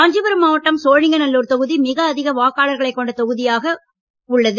காஞ்சிபுரம் மாவட்டம் சோழிங்கநல்லுர் தொகுதி மிக அதிக வாக்காளர்களை கொண்ட தொகுதியாக உள்ளது